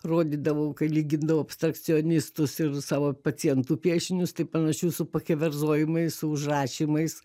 rodydavau kai lygindavau abstrakcionistus ir savo pacientų piešinius tai panašių su pakeverzojimais su užrašymais